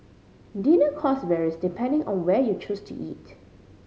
dinner cost varies depending on where you choose to eat